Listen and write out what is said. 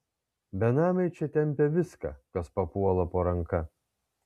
benamiai čia tempia viską kas papuola po ranka